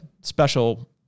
special